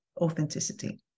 authenticity